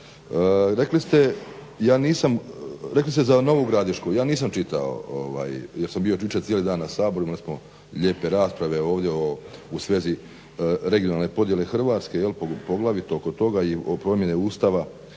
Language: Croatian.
rekli ste za Novu Gradišku, ja nisam čitao jer sam bio jučer cijeli dan na Saboru imali smo lijepe rasprave ovdje u svezi regionalne podjele Hrvatske poglavito oko toga i promjene Ustava